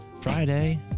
Friday